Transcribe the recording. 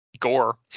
gore